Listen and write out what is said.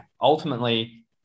ultimately